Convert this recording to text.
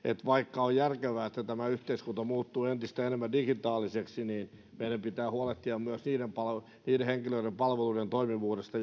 vaikka on järkevää että tämä yhteiskunta muuttuu entistä enemmän digitaaliseksi niin meidän pitää huolehtia myös niiden henkilöiden palveluiden toimivuudesta